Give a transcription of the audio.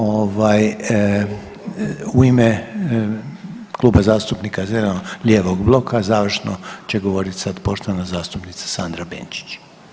Ovaj u ime Kluba zastupnika zeleno-lijevog bloka završno će govorit sad poštovana zastupnica Sandra Benčić.